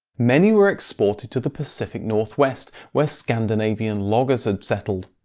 many were exported to the pacific northwest where scandinavians loggers had settled.